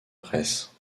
presse